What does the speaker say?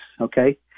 okay